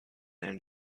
and